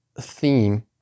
theme